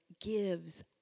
gives